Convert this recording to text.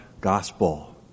gospel